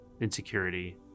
insecurity